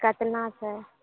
केतना छै